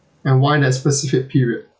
and why that specific period